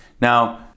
Now